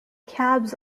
cabs